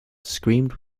screamed